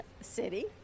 City